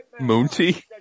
Moontie